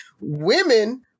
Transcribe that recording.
Women